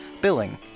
billing